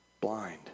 blind